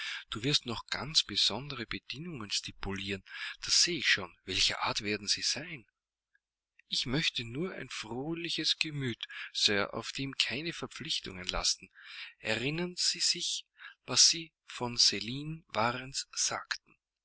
du wirst noch ganz besondere bedingungen stipulieren das sehe ich schon welcher art werden sie sein ich möchte nur ein fröhliches gemüt sir auf dem keine verpflichtungen lasten erinnern sie sich was sie von celine varens sagten